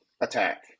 attack